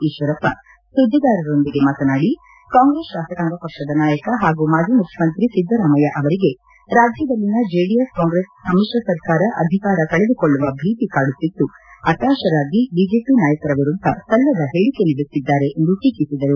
ಈಶ್ವರಪ್ಪ ಸುದ್ಲಿಗಾರರೊಂದಿಗೆ ಮಾತನಾಡಿ ಕಾಂಗ್ರೆಸ್ ಶಾಸಕಾಂಗ ಪಕ್ಷದ ನಾಯಕ ಪಾಗೂ ಮಾಜಿ ಮುಖ್ಯಮಂತ್ರಿ ಸಿದ್ದರಾಮಯ್ಯ ಅವರಿಗೆ ರಾಜ್ಯದಲ್ಲಿನ ಜೆಡಿಎಸ್ ಕಾಂಗ್ರೆಸ್ ಸಮ್ಮಿತ್ರ ಸರ್ಕಾರ ಅಧಿಕಾರ ಕಳೆದುಕೊಳ್ಳುವ ಭೀತಿ ಕಾಡುತ್ತಿದ್ದು ಪತಾಶರಾಗಿ ಬಿಜೆಪಿ ನಾಯಕರ ವಿರುದ್ದ ಸಲ್ಲದ ಹೇಳಿಕೆ ನೀಡುತ್ತಿದ್ದಾರೆ ಎಂದು ಟೀಕಿಸಿದರು